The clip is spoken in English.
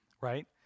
right